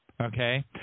Okay